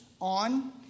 on